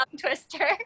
twister